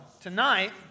tonight